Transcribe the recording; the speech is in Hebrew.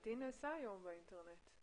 לדעתי נעשה היום באינטרנט.